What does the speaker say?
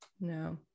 No